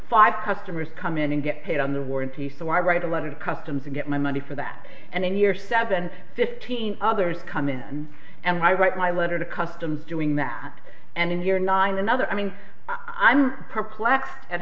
five customers come in and get paid on the warranty so i write a letter to customs and get my money for that and in year seven fifteen others come in and i write my letter to customs doing that and in year nine another i mean i'm perplexed a